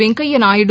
Venkaiah Naidu